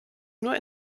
nur